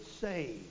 saved